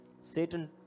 Satan